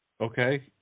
okay